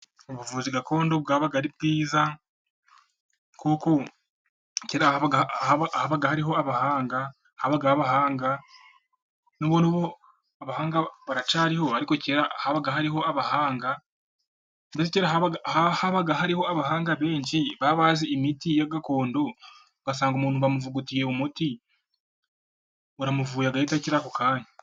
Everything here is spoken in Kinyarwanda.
Ubuvuzi gakondo buba ari bwiza, kuko kera habaga hariho abahanga, habagaho abahanga na n'ubu abahanga baracyariho ariko kera habaga hariho abahanga, habaga hariho abahanga benshi baba bazi imiti ya gakondo, ugasanga umuntu bamuvugutiye uwo umuti uramuvuye agahita akira ako kanya.